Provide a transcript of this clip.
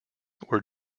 were